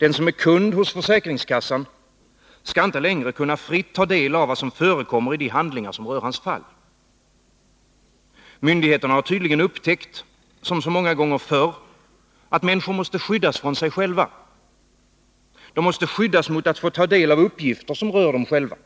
Den som är kund hos försäkringskassan skall inte längre fritt kunna ta del av vad som förekommer i de handlingar som rör hans fall. Myndigheterna har tydligen — som så många gånger förr — upptäckt att människor måste skyddas mot sig själva. De måste skyddas mot att få ta del av uppgifter som rör dem själva.